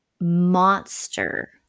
monster